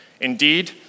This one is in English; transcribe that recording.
Indeed